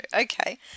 Okay